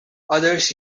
others